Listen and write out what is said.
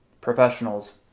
professionals